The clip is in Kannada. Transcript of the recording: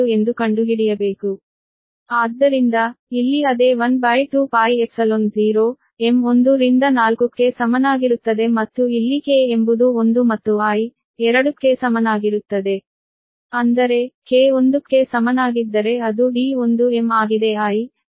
ಮತ್ತು ನೀವು k ಎಂಬುದು 1 ಕ್ಕೆ ಸಮಾನವಾಗಿದೆ I 2 ಅಂದರೆ V12 ಎಂದು ಕಂಡುಹಿಡಿಯಬೇಕು